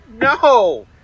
No